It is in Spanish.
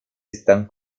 están